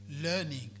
Learning